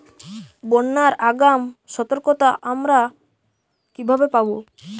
বন্যার আগাম সতর্কতা আমরা কিভাবে পাবো?